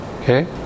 okay